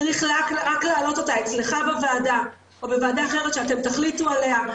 צריך רק להעלות אותה אצלך בוועדה או בוועדה אחרת שאתם תחליטו עליה.